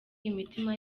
imitima